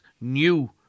new